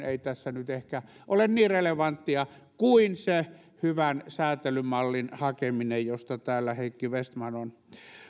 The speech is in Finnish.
ei tässä nyt ehkä ole niin relevanttia kuin se hyvän säätelymallin hakeminen josta täällä heikki vestman on